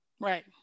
Right